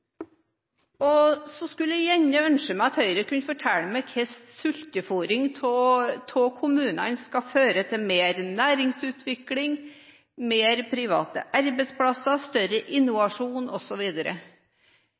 Så skulle jeg gjerne ønske at Høyre kunne fortelle meg hvordan sultefôring av kommunene skal føre til mer næringsutvikling, flere private arbeidsplasser, større